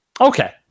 Okay